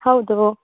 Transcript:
ಹೌದು